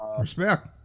Respect